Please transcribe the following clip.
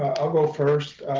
i'll go first.